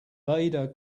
vader